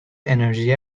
انرژی